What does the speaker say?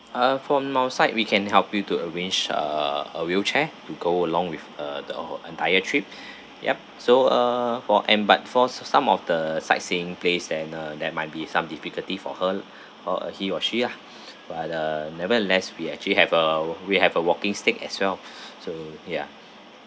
uh from our side we can help you to arrange uh a wheelchair to go along with uh the a ho~ entire trip yup so uh for and but for s~ some of the sightseeing place then uh there might be some difficulty for her or a he or she lah but uh nevertheless we actually have a wa~ we have a walking stick as well so ya